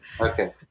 Okay